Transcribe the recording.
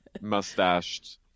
mustached